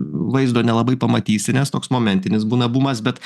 vaizdo nelabai pamatysi nes toks momentinis būna bumas bet